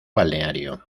balneario